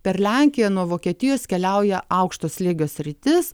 per lenkiją nuo vokietijos keliauja aukšto slėgio sritis